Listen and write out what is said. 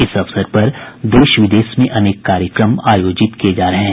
इस अवसर पर देश विदेश में अनेक कार्यक्रम आयोजित किये जा रहे हैं